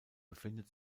befindet